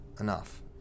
Enough